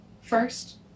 First